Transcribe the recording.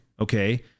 Okay